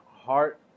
heart